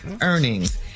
earnings